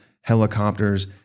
helicopters